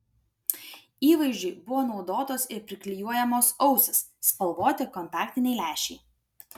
įvaizdžiui buvo naudotos ir priklijuojamos ausys spalvoti kontaktiniai lęšiai